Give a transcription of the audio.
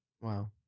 wow